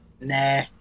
Nah